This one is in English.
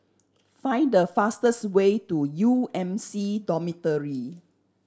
find the fastest way to U M C Dormitory